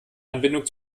anbindung